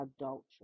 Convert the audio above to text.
adultery